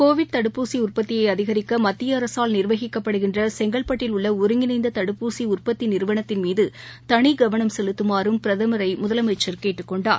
Covid தடுப்பூசி உற்பத்தியை அதிகரிக்க மத்திய அரசால் நிர்வகிக்கப்படுகின்ற செங்கல்பட்டில் உள்ள ஒருங்கிணைந்த தடுப்பூசி உற்பத்தி நிறுவனத்தின் மீது தனிகவனம் செலுத்துமாறும் பிரதமரை முதலமைச்சா் கேட்டுக் கொண்டார்